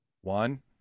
one